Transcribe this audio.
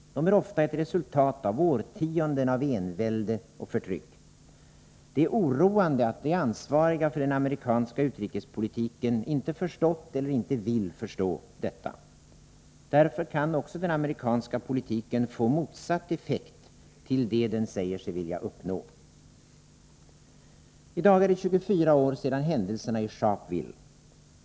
De är ofta ett resultat av årtionden av envälde och förtryck. Det är oroande att de ansvariga för den amerikanska utrikespolitiken inte förstått eller inte vill förstå detta. Därför kan också den amerikanska politiken få motsatt effekt mot vad den säger sig vilja uppnå. I dag är det 24 år sedan händelserna i Sharpeville.